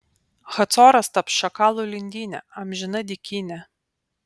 hacoras taps šakalų lindyne amžina dykyne